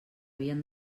havien